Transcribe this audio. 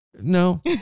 No